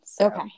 Okay